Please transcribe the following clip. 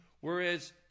whereas